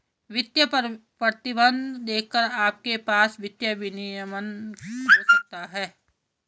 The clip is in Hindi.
वित्तीय प्रतिबंध देखकर आपके पास वित्तीय विनियमन हो सकता है